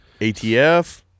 ATF